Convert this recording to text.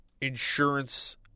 insurance